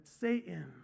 Satan